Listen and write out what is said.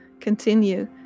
continue